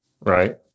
Right